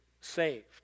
saved